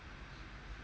mm